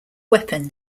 weapon